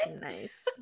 nice